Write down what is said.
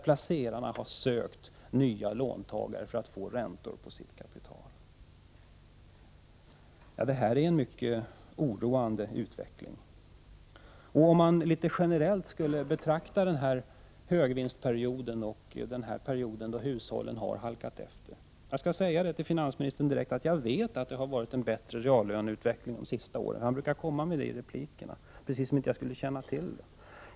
Placerarna har sökt nya låntagare för att få ränta på sitt kapital. Detta är en mycket oroande utveckling. Generellt har hushållen halkat efter under denna högvinstperiod. Jag skall direkt säga till finansministern att jag vet att det har varit en bättre reallöneutveckling de senaste åren. Han brukar nämligen säga detta i sina repliker, som om jag inte skulle känna till detta faktum.